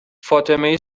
فاطمه